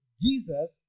Jesus